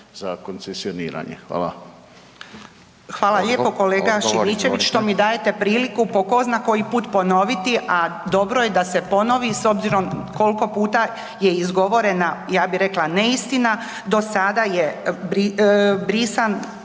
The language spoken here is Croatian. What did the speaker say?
Branka (HDZ)** Hvala lijepo kolega Šimičević što mi dajete priliku po tko zna koji put ponoviti, a dobro je da se ponovi, s obzirom koliko puta je izgovorena, ja bih rekla, neistina, do sada je brisan